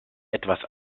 etwas